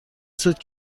سوت